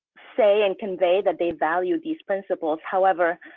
say and convey that they value these principles, however,